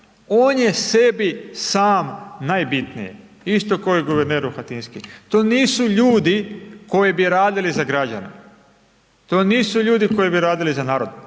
On je sebi sam najbitniji. Isto kao i guverner Rohatinski. To nisu ljudi koji bi radili za građane, to nisu ljudi koji bi radili za narod,